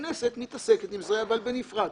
הכנסת מתעסקת עם זה, אבל בנפרד.